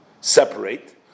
separate